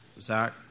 Zach